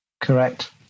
correct